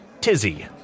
tizzy